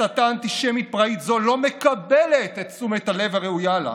הסתה אנטישמית פראית זו לא מקבלת את תשומת הלב הראויה לה.